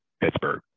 pittsburgh